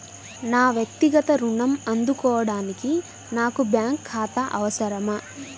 నా వక్తిగత ఋణం అందుకోడానికి నాకు బ్యాంక్ ఖాతా అవసరమా?